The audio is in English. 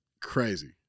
crazy